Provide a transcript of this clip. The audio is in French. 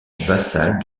vassal